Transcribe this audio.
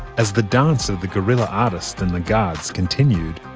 as the dance of the guerrilla artist and the guards continued,